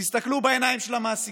תסתכלו בעיניים של המעסיקים,